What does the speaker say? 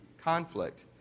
conflict